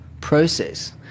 process